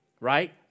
right